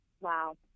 Wow